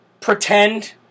pretend